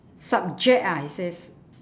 subject ah it says